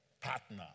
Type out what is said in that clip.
partner